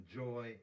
joy